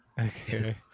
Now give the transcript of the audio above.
Okay